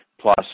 plus